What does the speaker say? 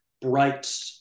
bright